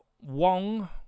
Wong